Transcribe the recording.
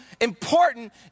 important